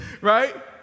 right